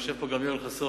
ויושב פה גם יואל חסון,